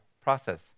process